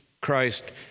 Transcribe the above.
Christ